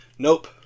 Nope